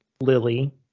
lily